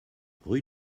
rue